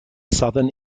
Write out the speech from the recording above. southern